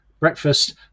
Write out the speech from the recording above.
breakfast